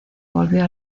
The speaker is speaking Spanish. volvió